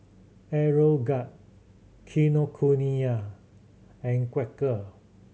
Aeroguard Kinokuniya and Quaker